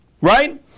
Right